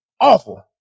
awful